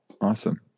Awesome